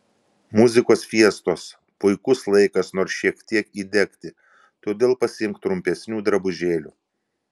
muzikos fiestos puikus laikas nors šiek tiek įdegti todėl pasiimk trumpesnių drabužėlių